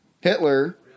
Hitler